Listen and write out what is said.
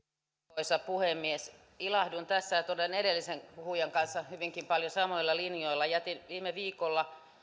arvoisa puhemies ilahdun tässä että olen edellisen puhujan kanssa hyvinkin paljon samoilla linjoilla jätin viime viikolla